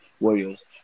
Warriors